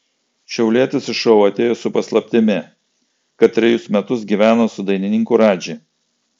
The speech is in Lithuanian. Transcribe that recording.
šiaulietis į šou atėjo su paslaptimi kad trejus metus gyveno su dainininku radži